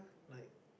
like